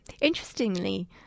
Interestingly